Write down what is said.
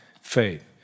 faith